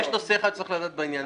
יש נושא אחד שצריך לדעת בעניין הזה.